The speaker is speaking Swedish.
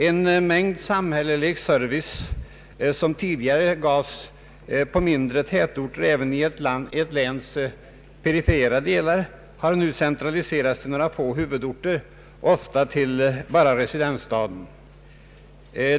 En mängd samhällelig service som tidigare gavs på mindre tätorter även i ett läns perifera delar, har nu centraliserats till några få huvudorter, ofta till bara residensstaden.